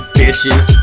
bitches